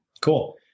cool